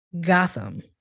Gotham